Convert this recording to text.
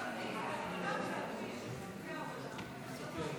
היושב-ראש, כבוד השר,